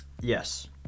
yes